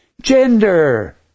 gender